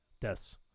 deaths